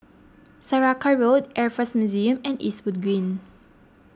Saraca Road Air force Museum and Eastwood Green